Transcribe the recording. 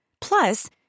Plus